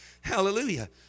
Hallelujah